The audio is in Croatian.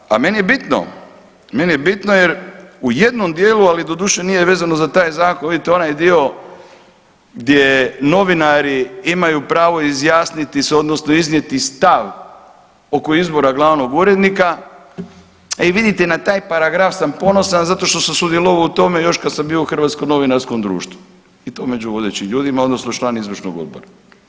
Tako da, a meni je bitno, meni je bitno jer u jednom dijelu doduše nije vezano za taj zakon, vidite onaj dio gdje novinari imaju pravo izjasniti se odnosno iznijeti stav oko izbora glavnog urednika, e vidite na taj paragraf sam ponosan zato što sam sudjelovao u tome još kad sam bio u Hrvatskom novinarskom društvu i to među vodećim ljudima odnosno član izvršnog odbora.